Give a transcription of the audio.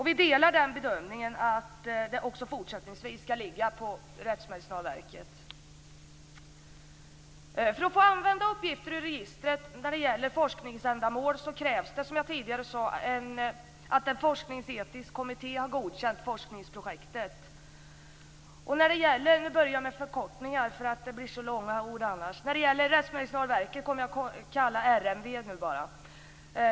Vi delar bedömningen att det också fortsättningsvis skall ligga på Rättsmedicinalverket. För att få använda uppgifter ur registret för forskningsändamål krävs det, som jag tidigare sade, att en forskningsetisk kommitté har godkänt forskningsprojektet. Jag börjar nu att använda förkortningar, för det blir så långa ord annars. Rättsmedicinalverket kommer jag nu att kalla för RMV.